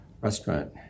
restaurant